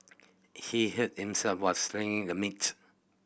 he hurt himself while sling the meat